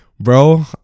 Bro